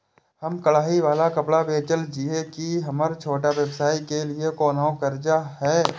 हम कढ़ाई वाला कपड़ा बेचय छिये, की हमर छोटा व्यवसाय के लिये कोनो कर्जा है?